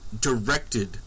directed